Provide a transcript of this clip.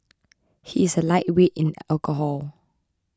he is a lightweight in alcohol